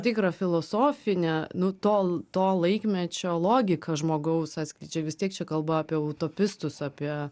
tikrą filosofinę nutol to laikmečio logiką žmogaus atskleidžia vis tiek čia kalba apie utopistus apie